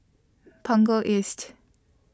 Punggol East